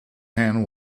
hen